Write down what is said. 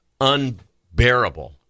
unbearable